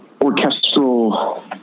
orchestral